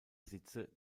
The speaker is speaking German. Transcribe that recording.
sitze